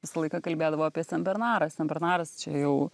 visą laiką kalbėdavo apie senbernarą senbernaras čia jau